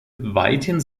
weithin